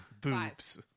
boobs